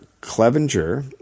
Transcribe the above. Clevenger